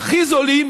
הכי זולים